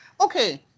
okay